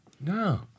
no